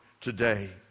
today